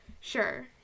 Sure